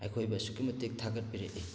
ꯑꯩꯈꯣꯏꯕꯨ ꯑꯁꯨꯛꯀꯤ ꯃꯇꯤꯛ ꯊꯥꯒꯠꯄꯤꯔꯛꯏ